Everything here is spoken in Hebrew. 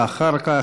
אחר כך,